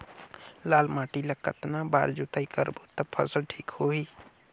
लाल माटी ला कतना बार जुताई करबो ता फसल ठीक होती?